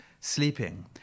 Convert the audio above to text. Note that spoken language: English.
sleeping